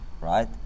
right